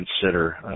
consider